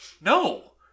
no